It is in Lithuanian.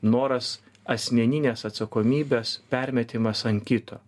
noras asmeninės atsakomybės permetimas ant kito